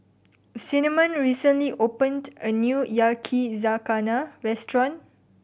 Cinnamon recently opened a new Yakizakana Restaurant